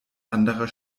anderer